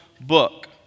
book